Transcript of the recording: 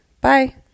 Bye